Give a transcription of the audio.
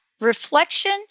Reflection